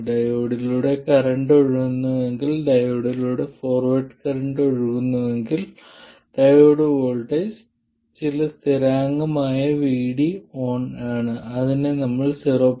ഡയോഡിലൂടെ കറന്റ് ഒഴുകുന്നുണ്ടെങ്കിൽ ഡയോഡിലൂടെ ഫോർവേഡ് കറന്റ് ഒഴുകുന്നുവെങ്കിൽ ഡയോഡ് വോൾട്ടേജ് ചില സ്ഥിരമായ VD ഓൺ ആണ് അത് നമ്മൾ 0